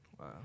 Wow